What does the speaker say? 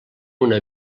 una